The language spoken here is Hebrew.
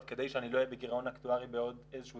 כדי שאני לא אהיה בגירעון אקטוארי בעוד איזשהו